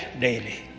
daily